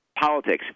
politics